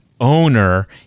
owner